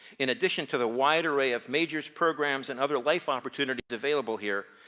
in addition to the wide array of majors programs and other life opportunities available here,